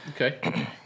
Okay